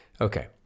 Okay